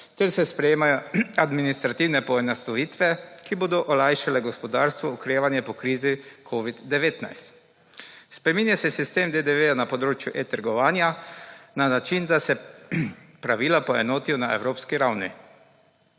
ter se sprejemajo administrativne poenostavitve, ki bodo olajšale gospodarsko okrevanje po krizi Covid-19. Spreminja se sistem DDV na področju e-trgovanja na način, da se pravila poenotijo na evropski ravni.